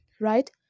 right